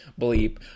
bleep